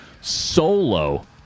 solo